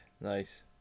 Nice